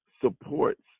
supports